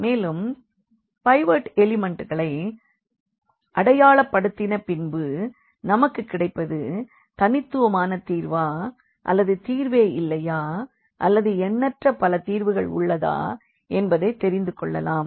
மேலும் பைவோட் எலிமண்ட்களை அடையாளப்படுத்தின பின்பு நமக்கு கிடைப்பது தனித்துவமான தீர்வா அல்லது தீர்வே இல்லையா அல்லது எண்ணற்ற பல தீர்வுகள் உள்ளதா என்பதை தெரிந்துகொள்ளலாம்